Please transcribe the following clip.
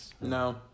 no